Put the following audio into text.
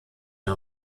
dem